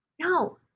No